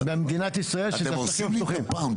אתם הורסים כל פעם,